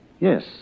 Yes